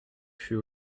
fut